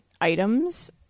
items